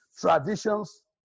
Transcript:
traditions